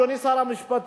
אדוני שר המשפטים,